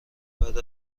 بعد